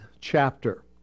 chapter